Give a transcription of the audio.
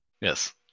Yes